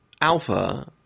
Alpha